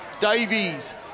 Davies